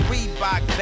Reebok